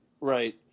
right